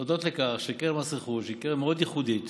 הודות לכך שקרן מס רכוש היא קרן מאוד ייחודית